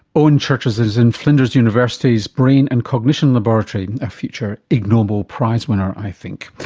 owen churches is in flinders university's brain and cognition laboratory. a future ig noble prize-winner i think.